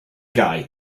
guy